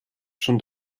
schon